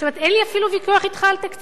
זאת אומרת, אין לי אפילו ויכוח אתך על תקציב,